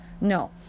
no